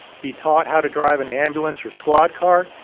be taught how to drive an ambulance or squad car,